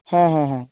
হ্যাঁ হ্যাঁ হ্যাঁ